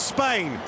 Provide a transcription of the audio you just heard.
Spain